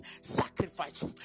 sacrifice